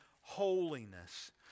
holiness